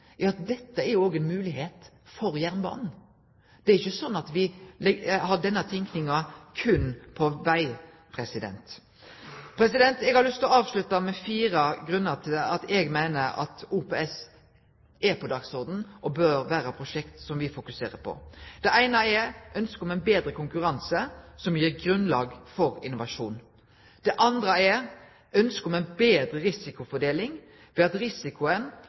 at dette òg er ei moglegheit for jernbanen. Det er ikkje sånn at vi har denne tenkinga berre når det gjeld veg. Eg har lyst til å avslutte med å nemne fire grunnar til at eg meiner at OPS er på dagsordenen og bør vere prosjekt som vi fokuserer på. Det eine er ønsket om betre konkurranse som gjev grunnlag for innovasjon. Det andre er ønsket om betre risikofordeling ved at risikoen